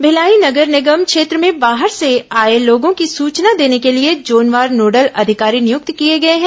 भिलाई नगर निगम क्षेत्र में बाहर से आए लोगों की सूचना देने के लिए जोनवार नोडल अधिकारी नियुक्त किए गए हैं